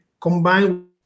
combined